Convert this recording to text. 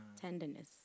tenderness